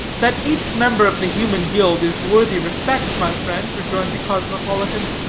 that each member of the human guild is worthy respect my friend, rejoined the cosmopolitan,